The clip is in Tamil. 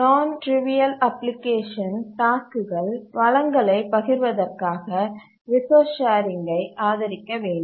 நான் ட்டிரிவியல் அப்ளிகேஷன் டாஸ்க்குகள் வளங்களைப் பகிர்வதற்காக ரிசோர்ஸ் ஷேரிங்கை ஆதரிக்க வேண்டும்